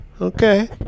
Okay